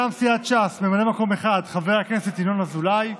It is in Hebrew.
מטעם סיעת ש"ס ממלא מקום אחד: חבר הכנסת ינון אזולאי,